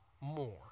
more